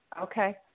Okay